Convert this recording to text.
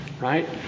right